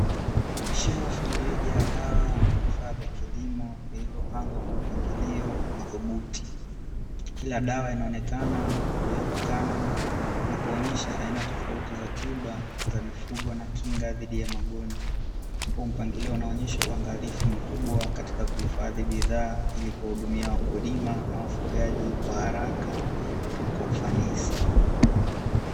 Shelfu iliyojaa dawa na vifaa vya kilimo vilivyopangwa kwa mpangilio madhubuti. Kila dawa inaonekana kuwekwa kando na kuonyesha aina tofauti za tiba za mifugo na kinga dhidi ya magonjwa. Huu mpangilio unaonyesha uangalifu mkubwa katika kuhifadhi bidhaa ili kuwahudumia wakulima na wafugaji kwa haraka na kwa ufanisi.